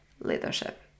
leadership